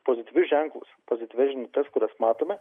pozityvius ženklus pozityvias žinutes kurias matome